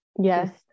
Yes